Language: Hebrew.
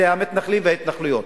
זה המתנחלים וההתנחלויות.